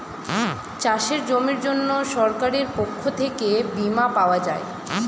চাষের জমির জন্য সরকারের পক্ষ থেকে বীমা পাওয়া যায়